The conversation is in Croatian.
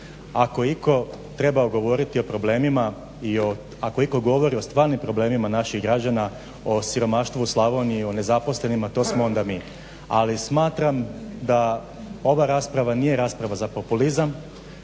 Ako je itko trebao govoriti o problemima i ako itko govori o stvarnim problemima naših građana, o siromaštvu u Slavoniji, o nezaposlenima to smo onda mi. Ali smatram da ova rasprava nije rasprava za populizam,